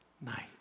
night